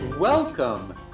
Welcome